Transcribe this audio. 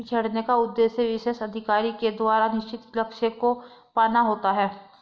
बिछड़ने का उद्देश्य विशेष अधिकारी के द्वारा निश्चित लक्ष्य को पाना होता है